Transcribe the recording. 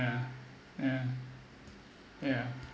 yeah yeah